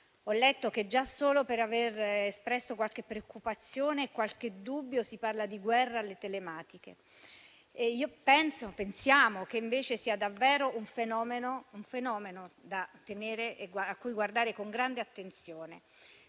Ho letto che già solo per aver espresso qualche preoccupazione e qualche dubbio si parla di guerra alle università telematiche. Noi pensiamo che invece sia davvero un fenomeno a cui guardare con grande attenzione.